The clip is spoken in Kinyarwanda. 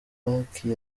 kibaki